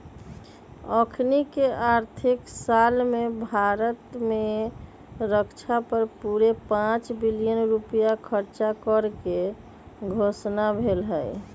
अखनीके आर्थिक साल में भारत में रक्षा पर पूरे पांच बिलियन रुपइया खर्चा करेके घोषणा भेल हई